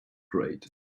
grate